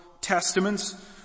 testaments